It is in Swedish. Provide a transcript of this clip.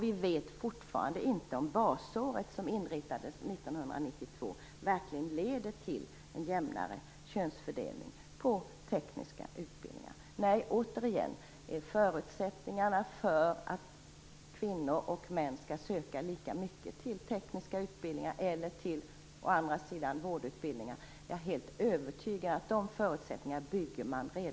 Vi vet fortfarande inte om basåret som inrättades 1992 verkligen leder till en jämnare könsfördelning inom tekniska utbildningar. Återigen: Förutsättningarna för att kvinnor och män skall söka till tekniska utbildningar eller till vårdutbildningar i lika stor utsträckning bygger man upp redan i förskolan. Det är jag övertygad om.